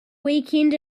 weekend